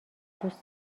دوست